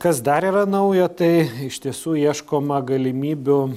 kas dar yra naujo tai iš tiesų ieškoma galimybių